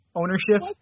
ownership